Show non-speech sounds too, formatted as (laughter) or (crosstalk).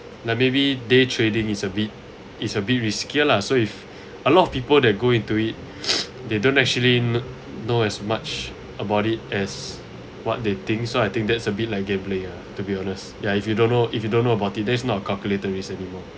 like maybe day trading is a bit is a bit riskier lah so if a lot of people that go into it (breath) they don't actually kn~ know as much about it as what they think so I think that's a bit like gambling ya to be honest ya if you don't know if you don't know about it that's not a calculated risk anymore